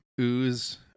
ooze